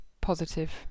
positive